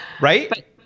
Right